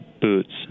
boots